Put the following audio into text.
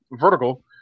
vertical